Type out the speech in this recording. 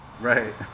Right